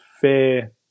fair